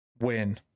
win